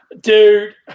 Dude